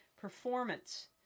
performance